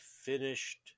finished